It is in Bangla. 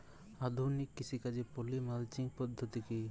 আধুনিক কৃষিকাজে পলি মালচিং পদ্ধতি কি?